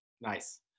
Nice